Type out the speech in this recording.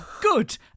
good